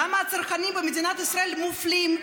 למה הצרכנים במדינת ישראל מופלים?